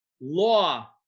law